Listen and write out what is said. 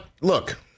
look—